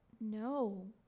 No